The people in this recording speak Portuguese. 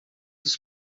dos